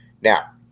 Now